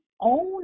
own